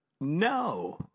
No